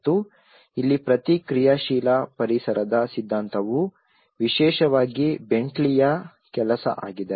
ಮತ್ತು ಇಲ್ಲಿ ಪ್ರತಿಕ್ರಿಯಾಶೀಲ ಪರಿಸರದ ಸಿದ್ಧಾಂತವು ವಿಶೇಷವಾಗಿ ಬೆಂಟ್ಲಿಯBentley's ಕೆಲಸ ಆಗಿದೆ